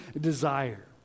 desire